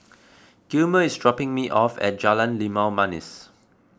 Gilmer is dropping me off at Jalan Limau Manis